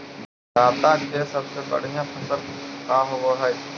जादा के सबसे बढ़िया फसल का होवे हई?